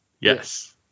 Yes